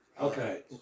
Okay